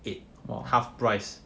eight about half price